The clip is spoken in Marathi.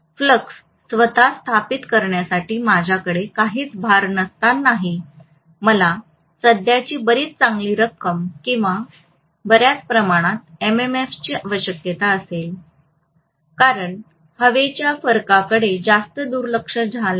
फ्लक्स स्वतः स्थापित करण्यासाठी माझ्याकडे काहीच भार नसतानाही मला सध्याची बरीच चांगली रक्कम किंवा बर्याच प्रमाणात एमएमएफची आवश्यकता असेल कारण हवेच्या फरकाकडे जास्त दुर्लक्ष झाल्यामुळे